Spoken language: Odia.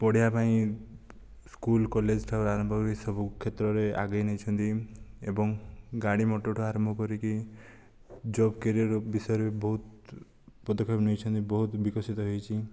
ପଢ଼ିବା ପାଇଁ ସ୍କୁଲ କଲେଜ ଠାରୁ ଆରମ୍ଭ କରି ସବୁ କ୍ଷେତ୍ରରେ ଆଗେଇ ନେଇଛନ୍ତି ଏବଂ ଗାଡ଼ି ମଟର ଠାରୁ ଆରମ୍ଭ କରିକି ଜବ କ୍ୟାରିଅର ବିଷୟରେ ବି ବହୁତ ପଦକ୍ଷେପ ନେଇଛନ୍ତି ବହୁତ ବିକଶିତ ହୋଇଛି